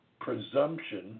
presumption